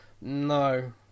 no